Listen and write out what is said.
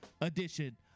edition